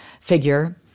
figure